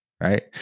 Right